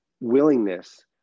willingness